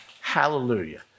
hallelujah